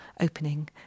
opening